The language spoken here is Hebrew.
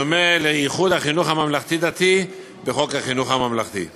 בדומה לייחוד החינוך הממלכתי-דתי בחוק חינוך ממלכתי.